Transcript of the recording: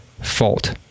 fault